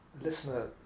Listener